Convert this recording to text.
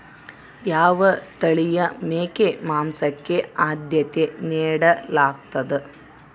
ಯಾವ ತಳಿಯ ಮೇಕೆ ಮಾಂಸಕ್ಕೆ, ಆದ್ಯತೆ ನೇಡಲಾಗ್ತದ?